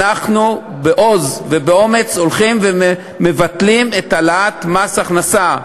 אנחנו בעוז ובאומץ הולכים ומבטלים את העלאת מס הכנסה.